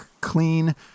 clean